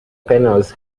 panels